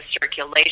circulation